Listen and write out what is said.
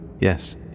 Yes